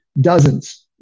dozens